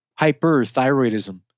hyperthyroidism